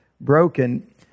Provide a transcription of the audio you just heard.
broken